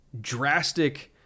drastic